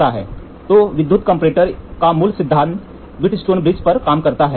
तो विद्युत कंपैरेटर का मूल सिद्धांत व्हीटस्टोन ब्रिज सिद्धांत पर काम करता है